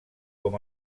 com